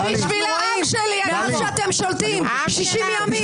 אתם שולטים 60 ימים.